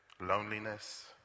loneliness